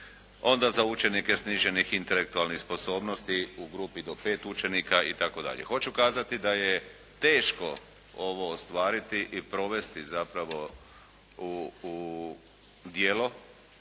onda za učenike sniženih intelektualnih sposobnosti u grupi do pet učenika itd. Hoću kazati da je teško ovo ostvariti i provesti zapravo u djelo